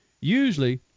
usually